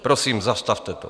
Prosím, zastavte to.